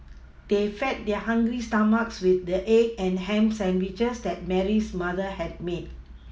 they fed their hungry stomachs with the egg and ham sandwiches that Mary's mother had made